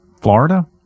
Florida